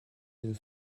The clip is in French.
une